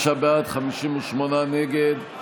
55 בעד, 58 נגד.